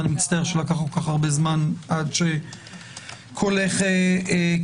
ואני מצטער שלקח כל כך הרבה זמן עד שקולך נשמע.